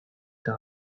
eta